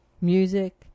music